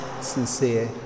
sincere